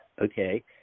okay